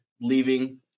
leaving